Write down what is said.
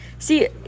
See